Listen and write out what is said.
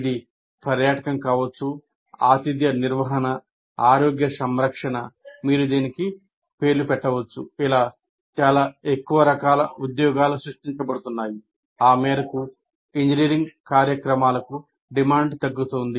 ఇది పర్యాటకం కావచ్చు ఆతిథ్య నిర్వహణ ఆరోగ్య సంరక్షణ చాలా ఎక్కువ రకాల ఉద్యోగాలు సృష్టించబడుతున్నాయి ఆ మేరకు ఇంజనీరింగ్ కార్యక్రమాలకు డిమాండ్ తగ్గుతోంది